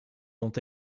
dont